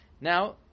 Now